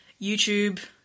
YouTube